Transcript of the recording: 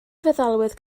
feddalwedd